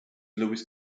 louis